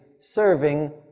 serving